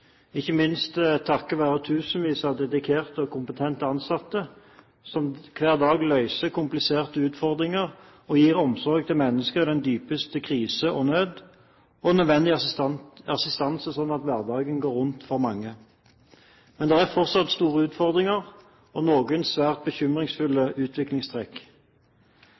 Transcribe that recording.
ikke minst takket være tusenvis av dedikerte og kompetente ansatte som hver dag løser kompliserte utfordringer og gir omsorg til mennesker i den dypeste krise og nød, og nødvendig assistanse, slik at hverdagen går rundt for mange. Men det er fortsatt store utfordringer og noen svært bekymringsfulle utviklingstrekk.